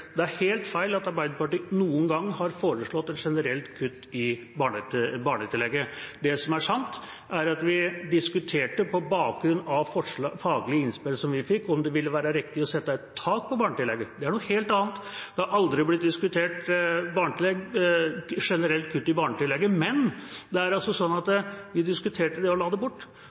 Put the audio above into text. Det er helt feil at Arbeiderpartiet noen gang har foreslått et generelt kutt i barnetillegget. Det som er sant, er at vi diskuterte på bakgrunn av faglige innspill som vi fikk, om det ville være riktig å sette et tak på barnetillegget. Det er noe helt annet. Det har aldri blitt diskutert et generelt kutt i barnetillegget, men det er sånn at vi diskuterte det og la det bort.